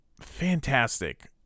Fantastic